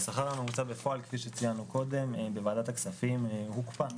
המתוקן: השכר הממוצע שעודכן ביום ד' בטבת התש"ף (1 בינואר 2020)